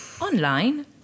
online